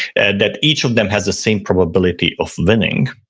and that each of them has the same probability of winning,